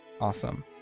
Awesome